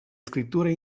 scritture